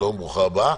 שלום, ברוכה הבאה.